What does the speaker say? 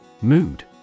Mood